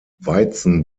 weizen